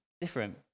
different